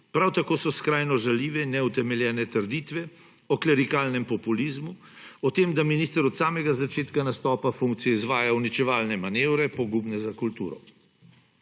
prav tako so skrajno žaljive neutemeljene trditve o klerikalnem populizmu, o tem, da minister od samega začetka nastopa funkcije izvaja uničevalne manevre, pogubne za kulturo.